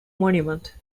monument